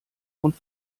und